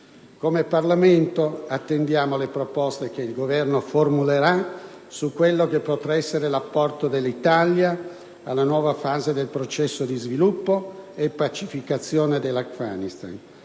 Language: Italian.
Come Parlamento attendiamo le proposte che il Governo formulerà su quello che potrà essere l'apporto dell'Italia alla nuova fase del processo di sviluppo e pacificazione dell'Afghanistan,